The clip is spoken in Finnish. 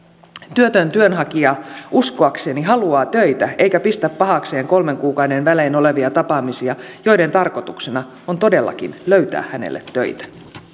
työtön työnhakija uskoakseni haluaa töitä eikä pistä pahakseen kolmen kuukauden välein olevia tapaamisia joiden tarkoituksena on todellakin löytää hänelle töitä